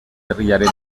herriaren